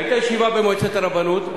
היתה ישיבה במועצת הרבנות,